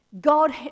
God